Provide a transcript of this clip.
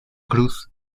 cruz